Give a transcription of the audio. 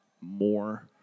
more